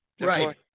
Right